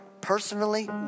personally